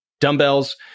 dumbbells